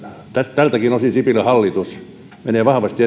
tältäkin osin sipilän hallitus menee vahvasti